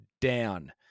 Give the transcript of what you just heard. down